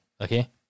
okay